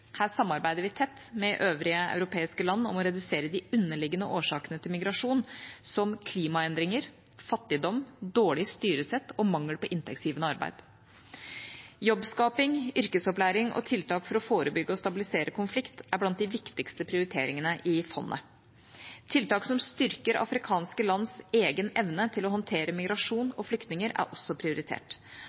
Her samarbeider vi tett med øvrige europeiske land om å redusere de underliggende årsakene til migrasjon, som klimaendringer, fattigdom, dårlig styresett og mangel på inntektsgivende arbeid. Jobbskaping, yrkesopplæring og tiltak for å forebygge og stabilisere konflikt er blant de viktigste prioriteringene i fondet. Tiltak som styrker afrikanske lands egen evne til å håndtere migrasjon og flyktninger, er også prioritert,